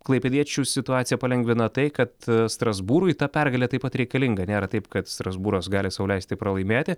klaipėdiečių situaciją palengvina tai kad strasbūrui ta pergalė taip pat reikalinga nėra taip kad strasbūras gali sau leisti pralaimėti